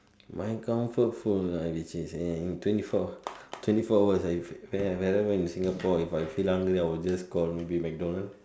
my comfort food ah which is in twenty four twenty four hours but than but than in Singapore if I feel hungry maybe I will just call McDonalds